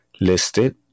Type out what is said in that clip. listed